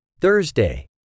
Thursday